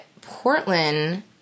Portland